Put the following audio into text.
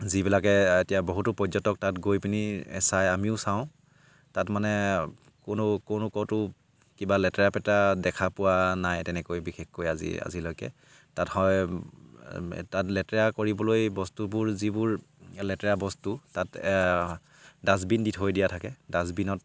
যিবিলাকে এতিয়া বহুতো পৰ্যটক তাত গৈ পিনি চাই আমিও চাওঁ তাত মানে কোনো কোনো ক'তো কিবা লেতেৰা পেতেৰা দেখা পোৱা নাই তেনেকৈ বিশেষকৈ আজি আজিলৈকে তাত হয় তাত লেতেৰা কৰিবলৈ বস্তুবোৰ যিবোৰ লেতেৰা বস্তু তাত ডাষ্টবিন দি থৈ দিয়া থাকে ডাষ্টবিনত